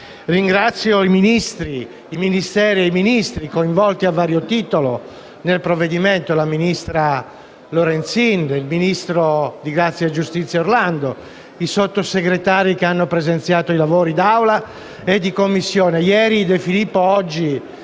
Ringrazio i Ministeri e i Ministri coinvolti a vario titolo nel provvedimento: la ministra Lorenzin, il ministro della giustizia Orlando, i Sottosegretari che hanno presenziato ai lavori d'Aula e di Commissione,